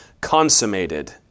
consummated